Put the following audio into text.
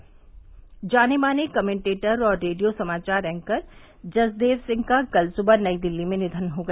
निधन जाने माने कमेंटेटर और रेडियो समाचार एंकर जसदेव सिंह का कल सुबह नई दिल्ली में निधन हो गया